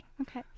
Okay